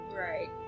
Right